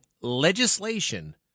legislation